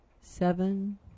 seven